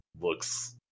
looks